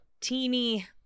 Teeny